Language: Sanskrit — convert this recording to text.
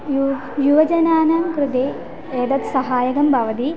युवः युवजनानां कृते एतद् सहायकं भवति